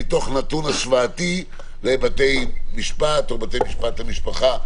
מתוך נתון השוואתי לבתי משפט או בתי משפט למשפחה,